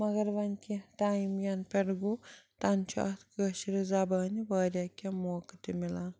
مگر وۄنۍ کیٚنٛہہ ٹایِم یَنہٕ پٮ۪ٹھ گوٚو تَنہٕ چھُ اَتھ کٲشرِ زبانہِ واریاہ کیٚنٛہہ موقعہٕ تہِ مِلان